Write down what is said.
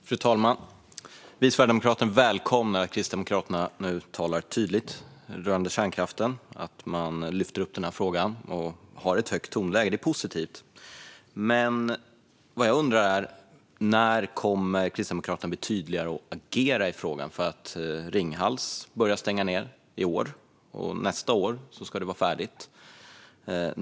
Fru talman! Vi sverigedemokrater välkomnar att Kristdemokraterna nu talar tydligt om kärnkraften och att man lyfter upp denna fråga och har ett högt tonläge. Det är positivt. Men när kommer Kristdemokraterna att bli tydligare och agera i frågan? Ringhals börjar ju stänga ned i år, och nästa år ska det vara färdigt.